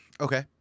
okay